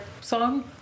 song